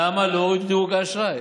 למה לא הורידו דירוג האשראי?